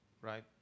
right